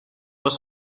los